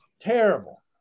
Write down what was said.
Terrible